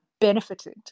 benefited